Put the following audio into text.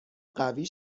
قوی